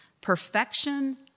Perfection